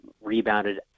rebounded